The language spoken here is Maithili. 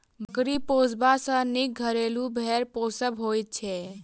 बकरी पोसबा सॅ नीक घरेलू भेंड़ पोसब होइत छै